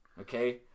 Okay